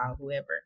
whoever